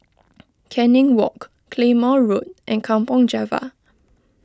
Canning Walk Claymore Road and Kampong Java